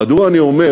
מדוע אני אומר